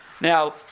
Now